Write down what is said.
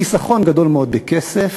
חיסכון גדול מאוד בכסף